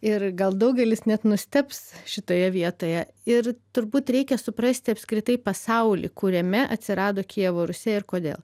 ir gal daugelis net nustebs šitoje vietoje ir turbūt reikia suprasti apskritai pasaulį kuriame atsirado kijevo rusia ir kodėl